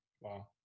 Wow